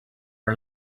are